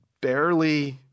barely